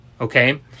okay